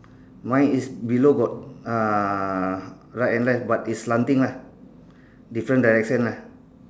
mine is below got uh right and left but it's slanting lah different direction lah